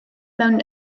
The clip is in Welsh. mewn